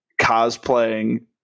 cosplaying